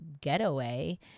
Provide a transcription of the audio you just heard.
getaway